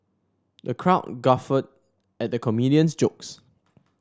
the crowd guffawed at the comedian's jokes